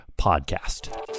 podcast